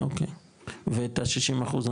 אוקי ואת ה-60 אחוז?